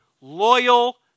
loyal